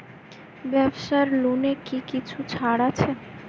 ব্যাবসার লোনে কি কিছু ছাড় আছে?